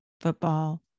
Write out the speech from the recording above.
football